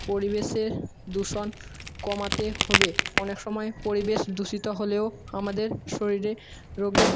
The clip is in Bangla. পরিবেশে দূষণ কমাতে হবে অনেক সময় পরিবেশ দূষিত হলেও আমাদের শরীরে রোগের